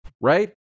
right